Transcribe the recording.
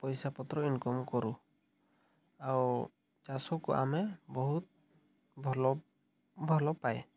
ପଇସାପତ୍ର ଇନକମ୍ କରୁ ଆଉ ଚାଷକୁ ଆମେ ବହୁତ ଭଲ ଭଲ ପାଏ